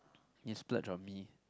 you splurge on me